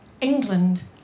England